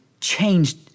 changed